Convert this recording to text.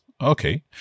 Okay